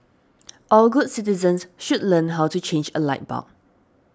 all good citizens should learn how to change a light bulb